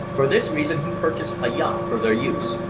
for this reason he purchased a yacht for their use,